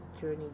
journey